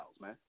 man